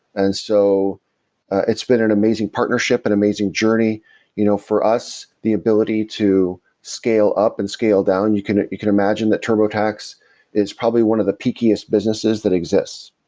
and so it's been an amazing partnership, an and amazing journey you know for us, the ability to scale up and scale down you can you can imagine that turbotax is probably one of the pickiest businesses that exists,